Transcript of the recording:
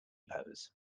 pose